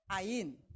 ain